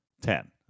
Ten